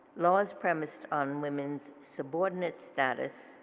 laws premised on women's subordinate status